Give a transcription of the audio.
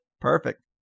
Perfect